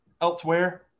elsewhere